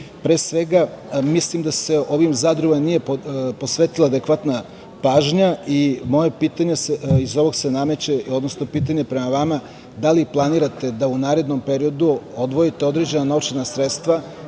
svega mislim da se ovim zadrugama nije posvetila adekvatna pažnja i moje pitanje se iz ovog nameće, odnosno pitanje prema vama - da li planirate da u narednom periodu odvojite određena novčana sredstva